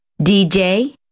DJ